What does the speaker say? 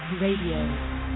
Radio